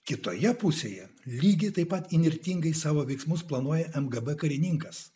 kitoje pusėje lygiai taip pat įnirtingai savo veiksmus planuoja mgb karininkas